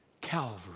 Calvary